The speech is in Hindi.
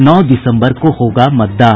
नौ दिसम्बर को होगा मतदान